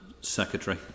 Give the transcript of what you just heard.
Secretary